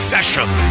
Session